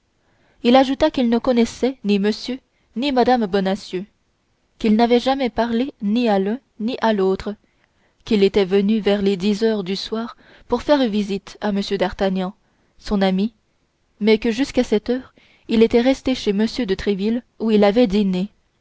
il ajouta qu'il ne connaissait ni monsieur ni madame bonacieux qu'il n'avait jamais parlé ni à l'un ni à l'autre qu'il était venu vers les dix heures du soir pour faire visite à m d'artagnan son ami mais que jusqu'à cette heure il était resté chez m de tréville où il avait dîné